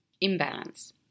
imbalance